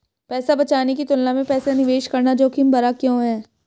पैसा बचाने की तुलना में पैसा निवेश करना जोखिम भरा क्यों है?